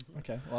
Okay